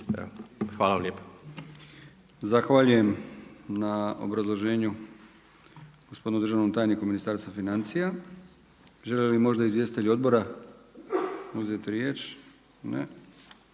Milijan (HDZ)** Zahvaljujem na obrazloženju gospodinu državnom tajniku u Ministarstvu financija. Žele li možda izvjestitelji odbora uzeti riječ? Ne.